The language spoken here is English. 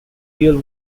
real